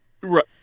Right